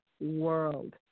world